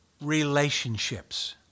relationships